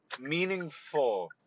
meaningful